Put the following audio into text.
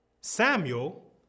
Samuel